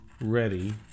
ready